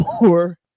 more